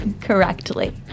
Correctly